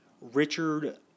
Richard